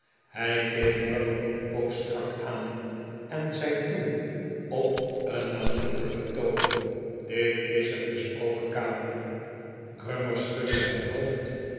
hij keek grummer een poos strak aan en zei toen op een nadrukkelijken toon dit is een besproken kamer grummer schudde zijn hoofd